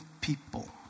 people